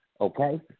Okay